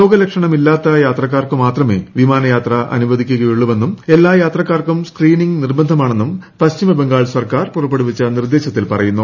രോഗലക്ഷണമില്ലാത്ത യാത്രക്കാർക്ക് മാത്രമേ വിമാനയാത്ര അനുവദിക്കുകയുള്ളുവെന്നും എല്ലാ യാത്രക്കാർക്കും സ്ക്രീനിംഗ് നിർബന്ധമാണെന്നും പശ്ചിമ ബംഗാൾ ക് സർക്കാർ പുറപ്പെടുവിച്ച നിർദ്ദേശത്തിൽ പറയുന്നു